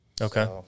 Okay